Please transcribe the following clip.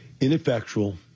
ineffectual